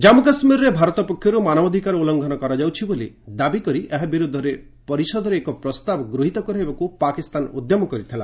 ଜନ୍ମୁ କାଶ୍ମୀରରେ ଭାରତ ପକ୍ଷରୁ ମାନବାଧିକାର ଉଲ୍ଲ୍ଙ୍ଘନ କରାଯାଉଛି ବୋଲି ଦାବିକରି ଏହା ବିରୋଧରେ ପରିଷଦରେ ଏକ ପ୍ରସ୍ତାବ ଗୃହୀତ କରାଇବାକୁ ପାକିସ୍ତାନ ଉଦ୍ୟମ କରିଥିଲା